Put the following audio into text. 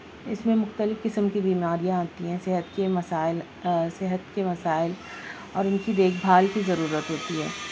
اس میں مختلف قسم کی بیماریاں آتی ہیں صحت کی مسائل صحت کے مسائل اور ان کی دیکھ بھال کی ضرورت ہوتی ہے